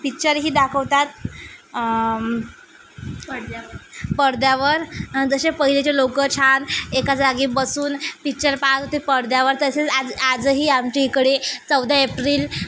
पिच्चरही दाखवतात पडद्यावर पडद्यावर जसे पहिले जे लोक छान एका जागी बसून पिच्चर पहाल तो पडद्यावर तसेच आज आजही आमच्या इकडे चौदा एप्रिल